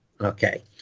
okay